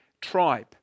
tribe